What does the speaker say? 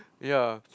ya